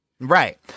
right